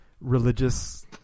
religious